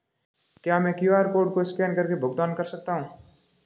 क्या मैं QR code को स्कैन करके भुगतान कर सकता हूं?